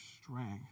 strength